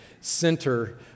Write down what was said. center